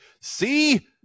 see